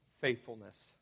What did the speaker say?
faithfulness